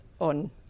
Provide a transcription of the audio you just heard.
on